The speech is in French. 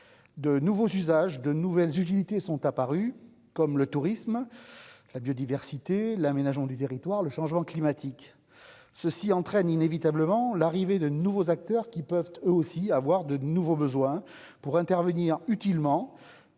de nouveaux usages de nouvelles unités sont apparues comme le tourisme, la biodiversité, l'aménagement du territoire, le changement climatique, ceci entraîne inévitablement l'arrivée de nouveaux acteurs qui peuvent eux aussi avoir de nouveaux besoins pour intervenir utilement,